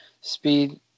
speed